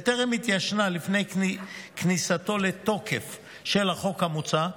וטרם התיישנה לפני כניסתו של החוק המוצע לתוקף,